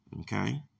okay